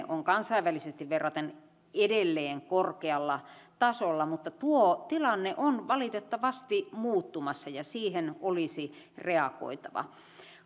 on kansainvälisesti verraten edelleen korkealla tasolla mutta tuo tilanne on valitettavasti muuttumassa ja siihen olisi reagoitava